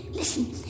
Listen